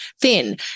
thin